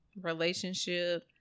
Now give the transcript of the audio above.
relationship